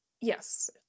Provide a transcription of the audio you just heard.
Yes